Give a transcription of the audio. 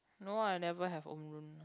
no lah I never have owned room